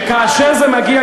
וכאשר זה מגיע,